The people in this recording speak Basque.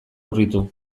urritu